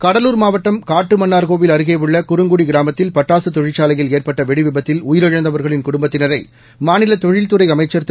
கடலூர் மாவட்டம் காட்டுமன்னார்கோவில் அருகேயுள்ள குறங்குடி கிராமத்தில் பட்டாசு தொழிற்சாலையில் ஏற்பட்ட வெடிவிபத்தில் உயிரிழந்தவர்களின் குடும்பத்தினரை மாநில் தொழில்துறை அமைச்சர் திரு